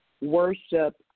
worship